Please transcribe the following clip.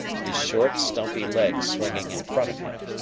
his short, stumpy legs swinging in front of him.